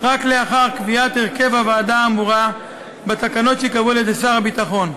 רק לאחר קביעת הרכב הוועדה האמורה בתקנות שייקבעו על-ידי שר הביטחון.